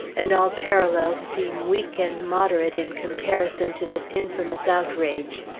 and all parallels seem weak and moderate in comparison to this infamous outrage.